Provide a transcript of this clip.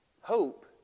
Hope